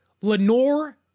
Lenore